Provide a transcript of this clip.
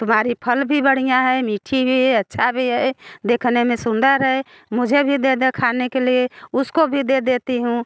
तुम्हारे फल भी बढ़िया है मीठे हैं अच्छा भी है देखने में सुंदर है मुझे भी दे दो खाने के लिए उसको भी दे देती हूँ